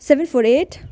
seven four eight